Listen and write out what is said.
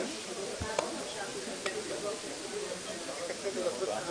אני מתכבד לפתוח ישיבה של